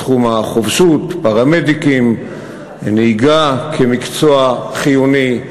בתחום החובשות, פרמדיקים, נהיגה כמקצוע חיוני,